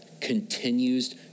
continues